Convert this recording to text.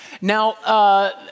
Now